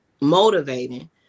motivating